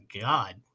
God